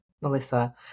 Melissa